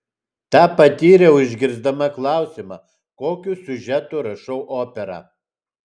tą patyriau išgirsdama klausimą kokiu siužetu rašau operą